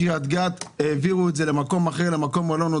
מקרית גת העבירו את זה למקום לא נודע.